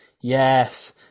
Yes